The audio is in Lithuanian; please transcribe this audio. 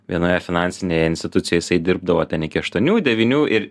vienoje finansinėje institucijoj jisai dirbdavo ten iki aštuonių devynių ir